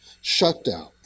shutdown